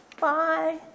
Bye